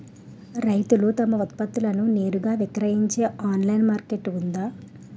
రైతులు తమ ఉత్పత్తులను నేరుగా విక్రయించే ఆన్లైన్ మార్కెట్ ఉందా?